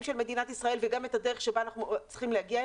של מדינת ישראל וגם את הדרך שבה אנחנו צריכים להגיע.